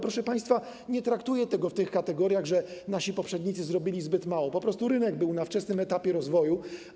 Proszę państwa, nie traktuję tego w tych kategoriach, że nasi poprzednicy zrobili zbyt mało, po prostu rynek był na wczesnym etapie rozwoju.